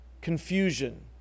confusion